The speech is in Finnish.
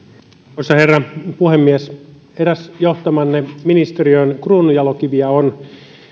arvoisa herra puhemies eräs johtamanne ministeriön kruununjalokivistä on